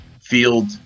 field